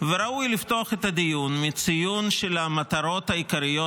וראוי לפתוח את הדיון מציון של המטרות העיקריות,